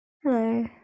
Hello